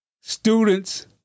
students